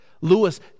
Lewis